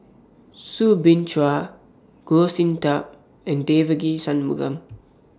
Soo Bin Chua Goh Sin Tub and Devagi Sanmugam